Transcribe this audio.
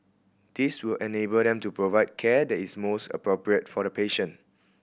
this will enable them to provide care that is most appropriate for the patient